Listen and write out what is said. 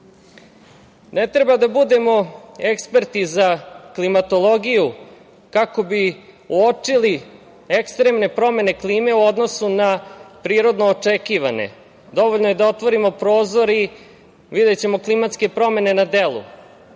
treba da budemo eksperti za klimatologiju kako bi uočili ekstremne promene klime u odnosu na prirodno očekivane. Dovoljno je da otvorimo prozor i videćemo klimatske promene na delu.